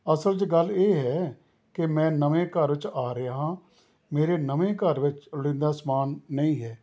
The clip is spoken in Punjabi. ਅਸਲ 'ਚ ਗੱਲ ਇਹ ਹੈ ਕਿ ਮੈਂ ਨਵੇਂ ਘਰ 'ਚ ਆ ਰਿਹਾ ਹਾਂ ਮੇਰੇ ਨਵੇਂ ਘਰ ਵਿੱਚ ਲੋੜੀਂਦਾ ਸਮਾਨ ਨਹੀਂ ਹੈ